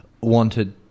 wanted